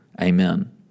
Amen